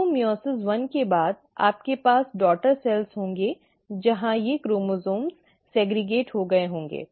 तो मइओसिस एक के बाद आपके पास डॉटर सेल्स होंगे जहां ये क्रोमोसोम्स अलग हो गए होंगे